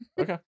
Okay